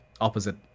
opposite